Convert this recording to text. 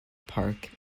park